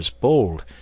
bold